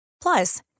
Plus